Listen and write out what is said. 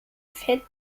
fett